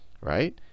Right